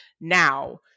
Now